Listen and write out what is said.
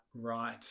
right